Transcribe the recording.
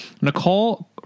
nicole